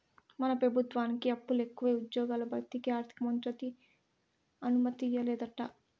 మన పెబుత్వానికి అప్పులెకువై ఉజ్జ్యోగాల భర్తీకి ఆర్థికమంత్రి అనుమతియ్యలేదంట